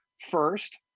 First